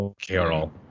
Carol